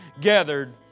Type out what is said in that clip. gathered